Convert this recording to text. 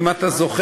אם אתה זוכר,